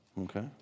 Okay